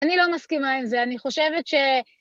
אני לא מסכימה עם זה, אני חושבת ש...